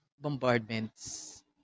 bombardments